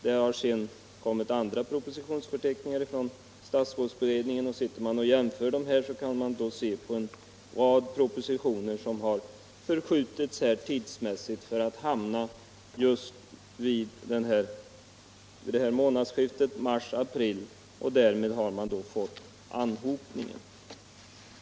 Det har sedan kommit ytterligare propositionsförteckningar från statsrådsberedningen. Jämför man dessa olika förteckningar kan man se att en rad propositioner har förskjutits tidsmässigt för att hamna just i månadsskiftet mars-april. Därigenom har anhopningen uppstått.